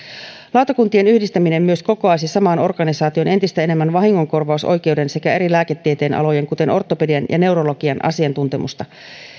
lautakuntien yhdistäminen myös kokoaisi samaan organisaatioon entistä enemmän vahingonkorvausoikeuden sekä eri lääketieteen alojen kuten ortopedian ja neurologian asiantuntemusta